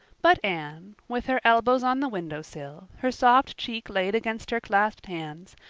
but anne, with her elbows on the window sill, her soft cheek laid against her clasped hands,